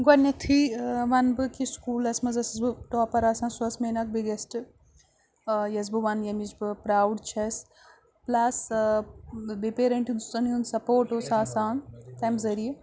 گۄڈٕنٮ۪تھٕے وَنہٕ بہٕ کہِ سکوٗلَس منٛز ٲسٕس بہٕ ٹاپَر آسان سۄ ٲس مین اَکھ بِگیسٹہٕ یَس بہٕ وَنہٕ ییٚمِچ بہٕ پرٛاوُڈ چھَس پٕلَس بیٚیہِ پیرَانٹَنس ہُنٛد سَپوٹ اوس آسان تَمہِ ذٔریعہٕ